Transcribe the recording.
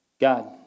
God